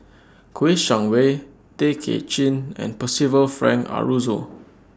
Kouo Shang Wei Tay Kay Chin and Percival Frank Aroozoo